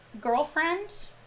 girlfriend